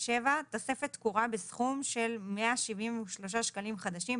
תוספת תקורה בסכום של 173 שקלים חדשים,